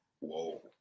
Whoa